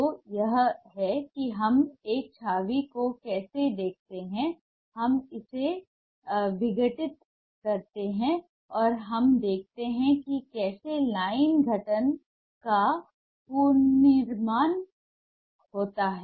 तो यह है कि हम एक छवि को कैसे देखते हैं हम इसे विघटित करते हैं और हम देखते हैं कि कैसे लाइन गठन का पुनर्निर्माण होता है